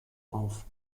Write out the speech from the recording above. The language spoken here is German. auf